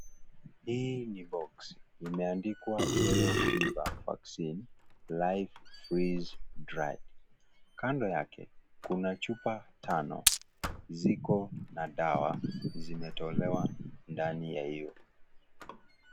Hii ni(CS) box(CS) imeandikwa yellow fever vaccine live freezed dried, kando yake kuna chupa tano ziko na dawa zimetolewa ndani ya hiyo.